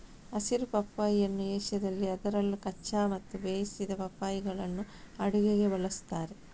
ಹಸಿರು ಪಪ್ಪಾಯಿಯನ್ನು ಏಷ್ಯಾದಲ್ಲಿ ಅದರಲ್ಲೂ ಕಚ್ಚಾ ಮತ್ತು ಬೇಯಿಸಿದ ಪಪ್ಪಾಯಿಗಳನ್ನು ಅಡುಗೆಗೆ ಬಳಸುತ್ತಾರೆ